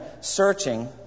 searching